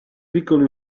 piccoli